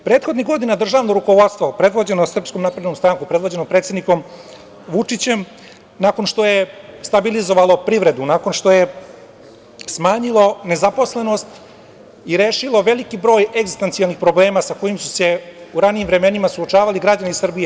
Prethodnih godina državno rukovodstvo predvođeno SNS, predvođeno predsednikom Vučićem, nakon što je stabilizovalo privredu, nakon što je smanjilo nezaposlenost i rešilo veliki broj egzistencionalnih problema sa kojim su se u ranijim vremenima suočavali građani Srbije.